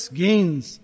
gains